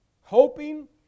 hoping